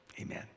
Amen